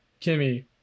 Kimmy